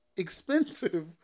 Expensive